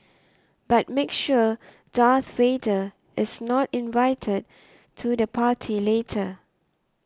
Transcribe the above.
but make sure Darth Vader is not invited to the party later